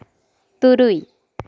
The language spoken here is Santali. ᱛᱩᱨᱩᱭ